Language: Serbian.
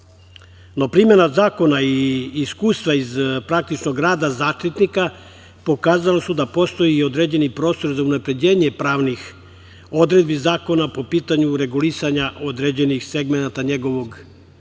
No, primena zakona i iskustva iz praktičnog rada Zaštitnika pokazala su da postoji određeni prostor za unapređenje pravnih odredbi zakona o pitanju regulisanja određenih segmenata njegovog rada,